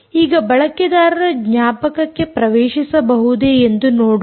ಈಗ ಬಳಕೆದಾರರ ಜ್ಞಾಪಕಕ್ಕೆ ಪ್ರವೇಶಿಸಬಹುದೇ ಎಂದು ನೋಡೋಣ